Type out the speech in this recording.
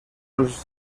els